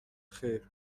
خیر